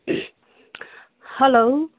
hello